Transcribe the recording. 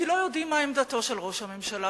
כי לא יודעים מה עמדתו של ראש הממשלה,